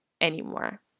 anymore